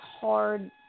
hard